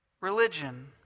religion